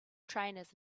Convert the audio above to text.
trainers